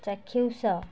ଚାକ୍ଷୁଷ